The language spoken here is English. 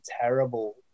terrible